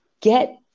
get